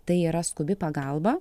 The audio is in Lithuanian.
tai yra skubi pagalba